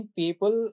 people